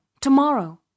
Tomorrow